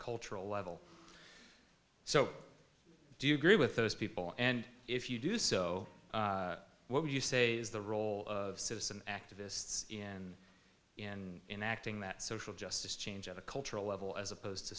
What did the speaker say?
cultural level so do you agree with those people and if you do so what would you say is the role of citizen activists in and in acting that social justice change at a cultural level as opposed to